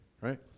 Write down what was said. right